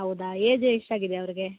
ಹೌದಾ ಏಜ್ ಎಷ್ಟಾಗಿದೆ ಅವ್ರಿಗೆ